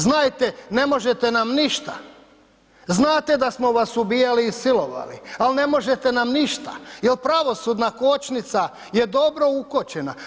Znajte, ne možete nam ništa, znate da smo vas ubijali i silovali, ali ne možete nam ništa jel pravosudna kočnica je dobro ukočena.